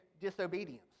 disobedience